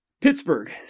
Pittsburgh